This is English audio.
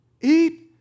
Eat